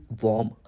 warm